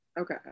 Okay